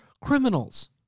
criminals